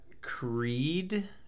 Creed